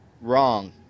wrong